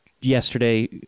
yesterday